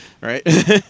right